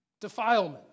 Defilement